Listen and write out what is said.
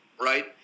right